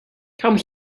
come